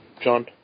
John